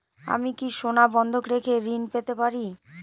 আমি কি সোনা বন্ধক রেখে ঋণ পেতে পারি?